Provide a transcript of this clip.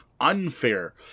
Unfair